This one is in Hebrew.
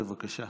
בבקשה.